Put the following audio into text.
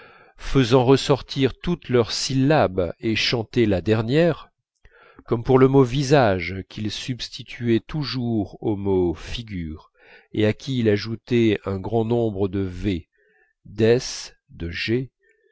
faisant ressortir toutes leurs syllabes et chanter la dernière comme pour le mot visage qu'il substituait toujours au mot figure et à qui il ajoutait un grand nombre de v d's de